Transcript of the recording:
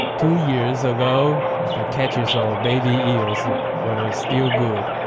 two years ago the catches of baby eels ah were ah still good,